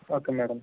okay madam